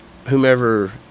Whomever